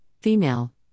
female